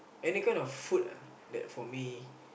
any kind of food ah that for me